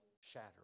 shatter